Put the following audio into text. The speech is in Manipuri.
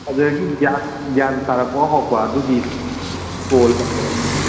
ꯑꯗꯒꯤ ꯒ꯭ꯌꯥꯟ ꯒ꯭ꯌꯥꯟ ꯇꯥꯔꯛꯄ ꯍꯧꯔꯛꯄ ꯑꯗꯨꯒꯤ ꯀꯣꯜ ꯇꯧꯖꯔꯛꯄꯅꯤ